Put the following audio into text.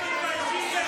(חבר הכנסת רון כץ יוצא